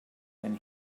than